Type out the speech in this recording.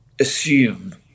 assume